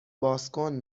بازکن